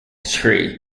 tree